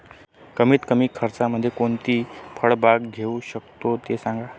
कमीत कमी खर्चामध्ये कोणकोणती फळबाग घेऊ शकतो ते सांगा